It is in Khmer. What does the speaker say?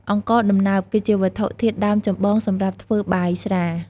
អង្ករដំណើប គឺជាវត្ថុធាតុដើមចម្បងសម្រាប់ធ្វើបាយស្រា។